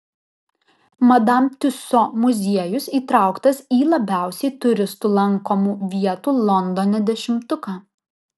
madam tiuso muziejus įtrauktas į labiausiai turistų lankomų vietų londone dešimtuką